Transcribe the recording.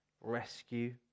rescue